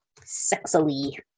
sexily